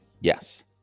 yes